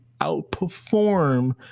outperform